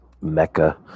mecca